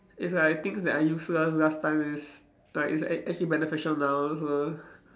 it's like things that are useless last time is like is ac~ actually beneficial now so